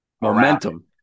Momentum